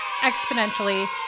exponentially